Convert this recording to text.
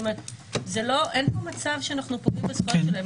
כלומר אנחנו לא פוגעים בזכויות שלהם.